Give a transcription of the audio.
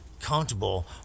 comfortable